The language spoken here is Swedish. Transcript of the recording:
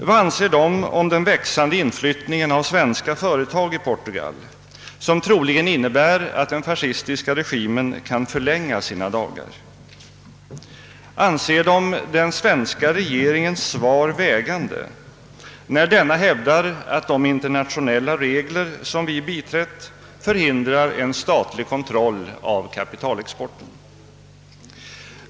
Vad anser de om den växande inflyttningen av svenska företag i Portugal, som troligen innebär att den fascistiska regimen kan förlänga sina dagar? Anser de den svenska regeringens svar vägande när denna hävdar, att de internationella regler som vi biträtt förhindrar en statlig kontroll av kapitalexporten?